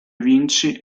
vinci